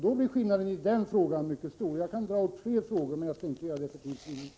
Då blir skillnaden i den frågan mycket stor. Jag kan dra upp fler frågor, men jag skall inte göra det, för tids vinnande.